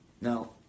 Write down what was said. Now